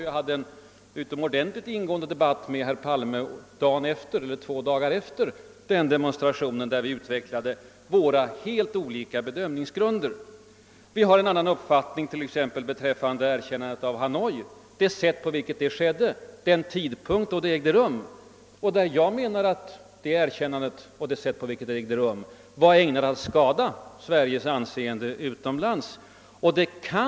Jag hade en utomordentligt ingående debatt med herr Palme kort efter demonstrationen, vid vilken vi utvecklade våra helt olika bedömningsgrunder. Vi har en annan uppfattning t.ex. beträffande det sätt på vilket erkännandet av Nordvietnam skedde och den tidpunkt då det ägde rum. Jag menar att erkännandet och det sätt på vilket det gjordes var ägnat att skada Sveriges anseende utomlands och påverka omvärldens bedömning av vår neutralitetspolitik.